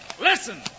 Listen